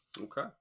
Okay